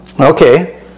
Okay